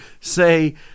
Say